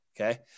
okay